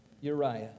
Uriah